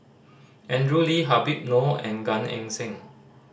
Andrew Lee Habib Noh and Gan Eng Seng